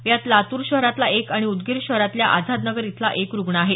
यात लातूर शहरातला एक आणि उदगीर शहरातल्या आझादनगर इथला एक रुग्ण आहे